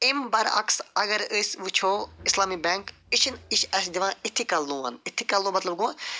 اَمہِ برَعکٕس اگر أسۍ وُچھو اِسلامی بینٛک یہِ چھِنہٕ یہِ چھِ اَسہِ دِوان اِتھِکل لون اِتھِکل لون مطلب گوٚو